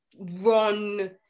Run